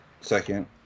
Second